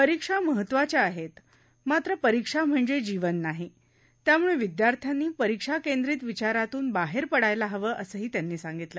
परीक्षा महत्त्वाच्या आहेत मात्र परीक्षा म्हणजे जीवन नाही त्यामुळे विद्यार्थ्यांनी परिक्षाकेंद्रीत विचारातून बाहेर पडायला हवं असंही त्यांनी सांगितलं